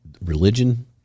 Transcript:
religion